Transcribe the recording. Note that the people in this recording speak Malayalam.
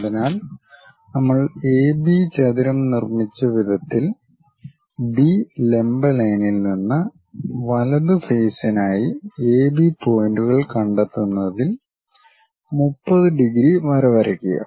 അതിനാൽ നമ്മൾ എബി ചതുരം നിർമ്മിച്ച വിധത്തിൽ ബി ലംബ ലൈനിൽ നിന്ന് വലത് ഫേസിനായി എബി പോയിന്റുകൾ കണ്ടെത്തുന്നതിൽ 30 ഡിഗ്രി വര വരയ്ക്കുക